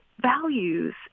values